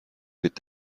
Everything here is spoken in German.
mit